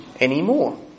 anymore